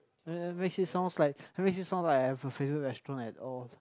uh make it sounds like make it sound like I have a favorite restaurant and all